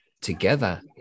together